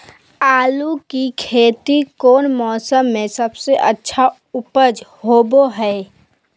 आलू की खेती कौन मौसम में सबसे अच्छा उपज होबो हय?